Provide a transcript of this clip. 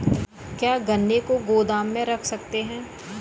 क्या गन्ने को गोदाम में रख सकते हैं?